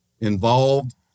involved